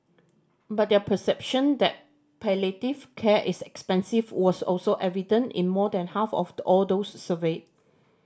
but their perception that palliative care is expensive was also evident in more than half of all those surveyed